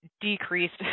decreased